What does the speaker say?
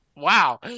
wow